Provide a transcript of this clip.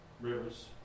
rivers